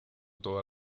toda